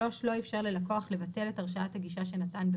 לא איפשר ללקוח לבטל את הרשאת הגישה שנתן,